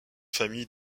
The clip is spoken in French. famille